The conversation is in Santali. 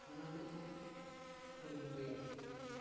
ᱚᱱᱟ ᱠᱚᱵᱚᱱ ᱠᱩᱨᱩᱢᱩᱴᱩᱭᱟ